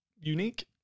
Unique